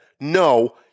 No